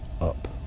up